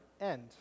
end